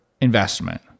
investment